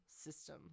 system